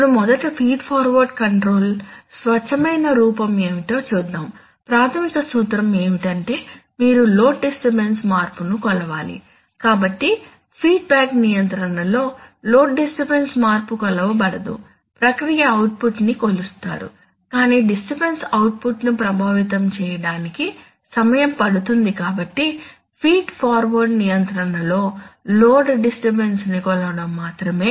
ఇప్పుడు మొదట feed forward control స్వచ్ఛమైన రూపం ఏమిటో చూద్దాం ప్రాథమిక సూత్రం ఏమిటంటే మీరు లోడ్ డిస్టర్బన్స్ మార్పును కొలవాలి కాబట్టి ఫీడ్బ్యాక్ నియంత్రణలో లోడ్ డిస్టర్బన్స్ మార్పు కొలవబడదు ప్రక్రియ అవుట్పుట్ ని కొలుస్తారు కానీ డిస్టర్బన్స్ అవుట్పుట్ను ప్రభావితం చేయడానికి సమయం పడుతుంది కాబట్టి ఫీడ్ ఫార్వర్డ్ నియంత్రణలో లోడ్ డిస్టర్బన్స్ ని కొలవడం మాత్రమే